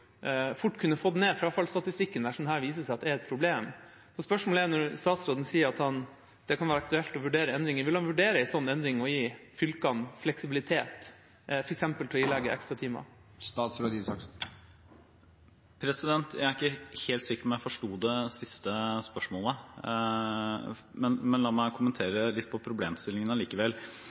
fort kunne få ned frafallsstatistikken hvis dette viser seg å være et problem. Spørsmålet er: Når statsråden sier at det kan være aktuelt å vurdere endringer, vil han vurdere en slik endring og gi fylkene fleksibilitet, f.eks. til å gi ekstratimer? Jeg er ikke helt sikker på om jeg forsto det siste spørsmålet. Men la meg kommentere problemstillingen litt